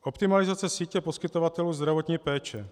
Optimalizace sítě poskytovatelů zdravotní péče.